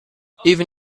even